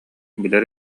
билэр